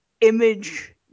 Image